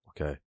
okay